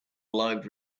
live